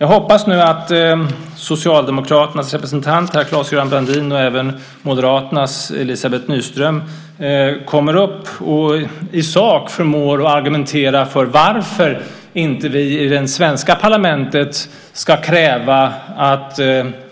Jag hoppas att Socialdemokraternas representant här Claes-Göran Brandin och även Moderaternas Elizabeth Nyström kommer upp och i sak förmår argumentera för varför inte vi i det svenska parlamentet ska kräva att